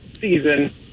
season